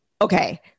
Okay